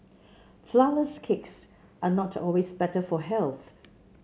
flourless cakes are not always better for health